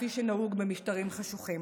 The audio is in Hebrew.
כפי שנהוג במשטרים חשוכים,